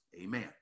amen